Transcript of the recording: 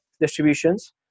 distributions